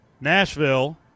Nashville